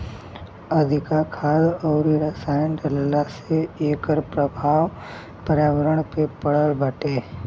अधिका खाद अउरी रसायन डालला से एकर प्रभाव पर्यावरण पे पड़त बाटे